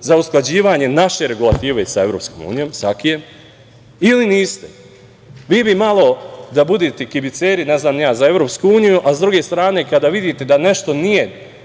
za usklađivanje naše regulative sa EU, sa AKI-jem ili niste? Vi bi malo da budete kibiceri za EU, a sa druge strane, kada vidite da nešto nije